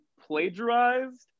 plagiarized